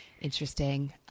Interesting